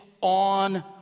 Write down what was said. on